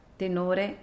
tenore